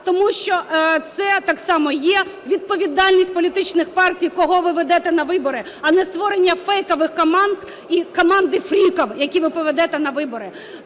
тому що це так само є відповідальність політичних партій, кого ви ведете на вибори, а не створення фейкових команд і команди фріків, які ви поведете на вибори.